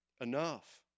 enough